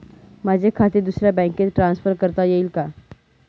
माझे खाते दुसऱ्या बँकेत ट्रान्सफर करता येईल का?